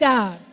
God